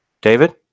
David